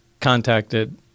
contacted